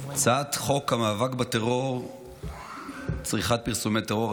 הצעת חוק המאבק בטרור (צריכת פרסומי טרור),